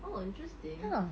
oh interesting